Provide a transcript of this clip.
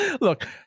Look